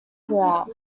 throughout